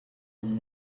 and